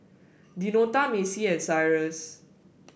Deonta Macy and Cyrus